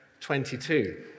22